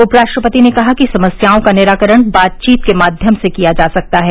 उपराष्ट्रपति ने कहा कि समस्याओं का निराकरण बातचीत के माध्यम से किया जा सकता है